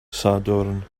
sadwrn